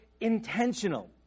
intentional